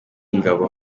ingabo